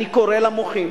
אני קורא מכאן למוחים